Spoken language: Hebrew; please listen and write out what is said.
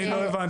אני לא הבנתי.